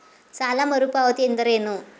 ಸಾಲ ಮರುಪಾವತಿ ಎಂದರೇನು?